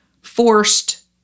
forced